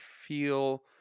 feel